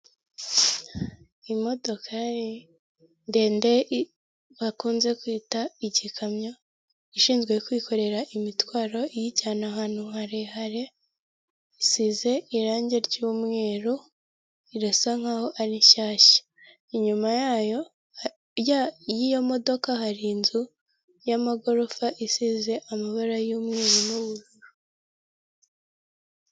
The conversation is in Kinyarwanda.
Imodokari ndende bakunze kwita igikamyo ishinzwe kwikorera imitwaro iyijyana ahantu harehare isize irangi ry'umweru, irisa nk'aho ari shyashya, inyuma y'iyo modoka hari inzu y'amagorofa isize amabara y'umwijima.